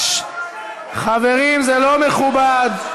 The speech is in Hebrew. חברים, זה לא מכובד.